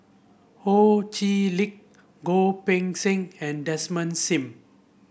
Ho Chee Lick Goh Poh Seng and Desmond Sim